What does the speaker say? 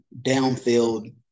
downfield